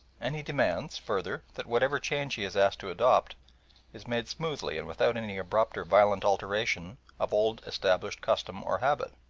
and he demands, further, that whatever change he is asked to adopt is made smoothly and without any abrupt or violent alteration of old-established custom or habit.